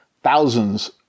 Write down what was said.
thousands